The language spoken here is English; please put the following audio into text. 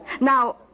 Now